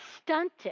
stunted